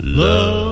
love